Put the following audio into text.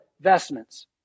vestments